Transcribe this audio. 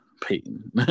Peyton